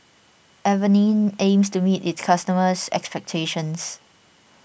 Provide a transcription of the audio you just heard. Avene aims to meet its customers' expectations